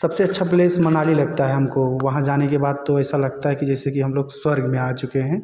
सबसे अच्छा प्लेस मनाली लगता है हमको वहाँ जाने के बाद तो ऐसे लगता है कि जैसे कि हम लोग स्वर्ग में आ चुके हैं